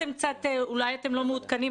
אולי אתם לא מעודכנים,